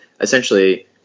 essentially